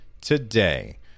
today